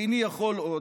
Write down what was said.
איני יכול עוד,